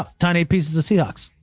ah tiny pieces of seahawks.